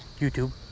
YouTube